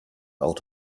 out